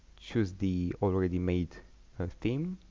choose the already made of team